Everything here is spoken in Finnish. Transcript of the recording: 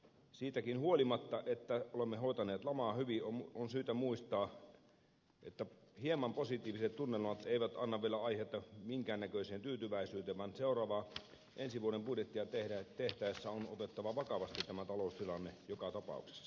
siitäkin huolimatta että olemme hoitaneet lamaa hyvin on syytä muistaa että hieman positiiviset tunnelmat eivät anna vielä aihetta minkään näköiseen tyytyväisyyteen vaan seuraavaa ensi vuoden budjettia tehtäessä on otettava vakavasti tämä taloustilanne joka tapauksessa